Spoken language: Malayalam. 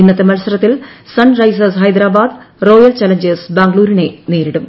ഇന്നത്തെ മത്സരത്തിൽ Sunrisers Hyderabad Royal Challengers ബാംഗ്ലൂരിനെ നേരിടും